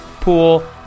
pool